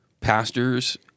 pastors